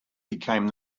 became